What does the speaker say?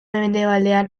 mendebaldean